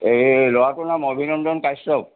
এই ল'ৰাটোৰ নাম অভিনন্দন কাশ্যপ